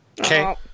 Okay